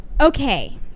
okay